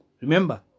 Remember